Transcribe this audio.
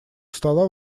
стола